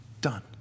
Done